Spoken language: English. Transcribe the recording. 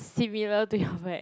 similar to your bag